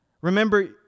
Remember